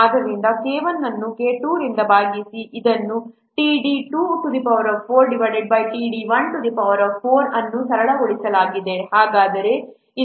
ಆದ್ದರಿಂದ K 1 ಅನ್ನು K 2 ರಿಂದ ಭಾಗಿಸಿ ಇದನ್ನು t4d2t4d1 ಎಂದು ಸರಳಗೊಳಿಸಲಾಗುತ್ತದೆ